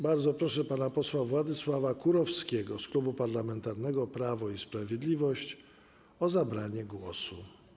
Bardzo proszę pana posła Władysława Kurowskiego z Klubu Parlamentarnego Prawo i Sprawiedliwość o zabranie głosu.